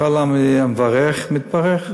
כל המברך, מתברך.